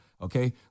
Okay